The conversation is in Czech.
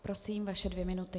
Prosím, vaše dvě minuty.